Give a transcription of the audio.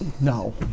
No